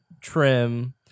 trim